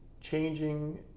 changing